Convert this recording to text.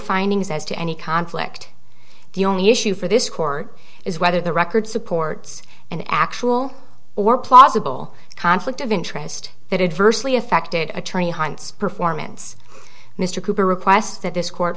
findings as to any conflict the only issue for this court is whether the record supports an actual or plausible conflict of interest that adversely affected attorney hans performance mr cooper requests that this co